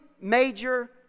major